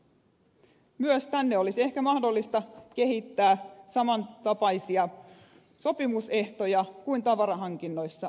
myös tänne olisi ehkä mahdollista kehittää samantapaisia sopimusehtoja kuin tavarahankinnoissa ja urakoissa